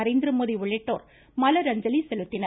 நரேந்திரமோடி உள்ளிட்டோர் மலரஞ்சலி செலுத்தினர்